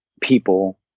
people